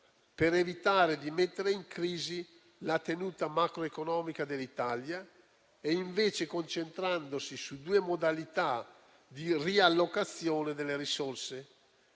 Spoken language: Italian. per evitare di mettere in crisi la tenuta macroeconomica dell'Italia e invece concentrandosi su due modalità di riallocazione delle risorse.